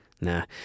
Nah